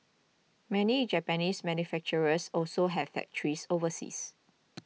many Japanese manufacturers also have factories overseas